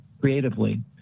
creatively